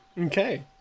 Okay